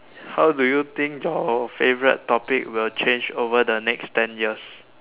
how do you think your favorite topic will change over the next ten years